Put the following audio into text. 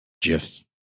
GIFs